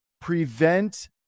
prevent